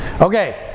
Okay